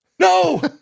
No